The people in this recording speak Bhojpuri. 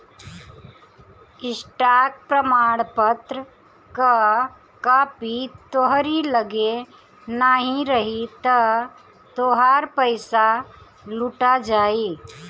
स्टॉक प्रमाणपत्र कअ कापी तोहरी लगे नाही रही तअ तोहार पईसा लुटा जाई